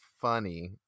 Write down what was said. funny